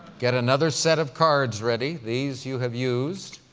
get another set of cards ready. these, you have used.